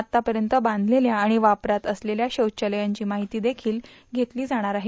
आतापर्यंत बांधलेल्या आणि वापरात असलेल्या शौचालयांची माहिती घेतली जाईल